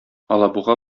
алабуга